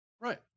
Right